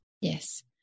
yes